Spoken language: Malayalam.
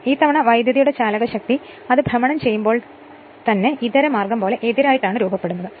അതിനാൽ ഈ തവണ വൈദ്യുതിയുടെ ചാലകശക്തി അത് ഭ്രമണം ചെയുമ്പോൾ തന്നെ ഇതര മാർഗം പോലെ എതിരായി രൂപപ്പെടും